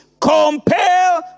Compel